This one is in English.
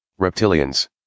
Reptilians